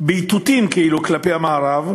באיתותים, כאילו, כלפי המערב,